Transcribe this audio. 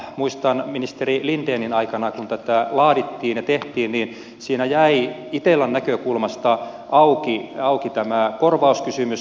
muistan että kun ministeri lindenin aikana tätä laadittiin ja tehtiin niin siinä jäi itellan näkökulmasta auki tämä korvauskysymys